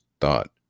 thought